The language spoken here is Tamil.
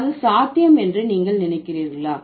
அது சாத்தியம் என்று நீங்கள் நினைக்கிறீர்களா